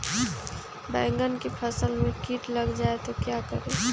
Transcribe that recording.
बैंगन की फसल में कीट लग जाए तो क्या करें?